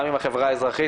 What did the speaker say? גם עם החברה האזרחית,